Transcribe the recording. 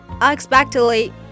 Unexpectedly